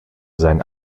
seinen